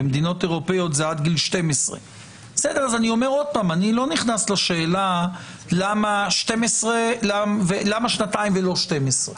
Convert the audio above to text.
במדינות אירופאיות זה עד גיל 12. אני לא נכנס לשאלה למה שנתיים ולא 12,